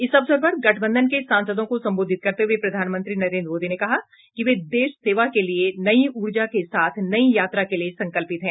इस अवसर पर गठबंधन के सांसदों को संबोधित करते हुए प्रधानमंत्री नरेन्द्र मोदी ने कहा कि वे देश सेवा के लिए नई ऊर्जा के साथ नई यात्रा के लिए संकल्पित हैं